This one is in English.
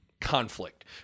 conflict